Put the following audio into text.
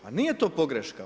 Pa nije to pogreška.